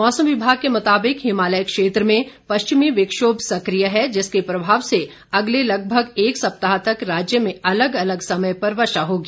मौसम विभाग के मुताबिक हिमालय क्षेत्र में पश्चिमी विक्षोभ सक्रिय है जिसके प्रभाव से अगले लगभग एक सप्ताह तक राज्य में अलग अलग समय पर वर्षा होगी